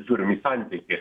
žiūrim į santykį